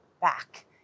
back